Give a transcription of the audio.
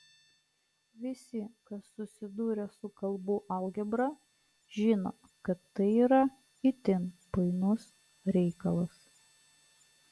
visi kas susidūrę su kalbų algebra žino kad tai yra itin painus reikalas